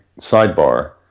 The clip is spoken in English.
sidebar